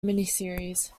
miniseries